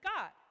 God